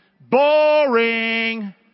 boring